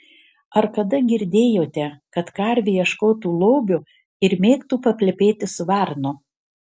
ar kada girdėjote kad karvė ieškotų lobio ir mėgtų paplepėti su varnu